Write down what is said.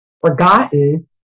forgotten